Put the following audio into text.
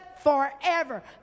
forever